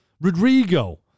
Rodrigo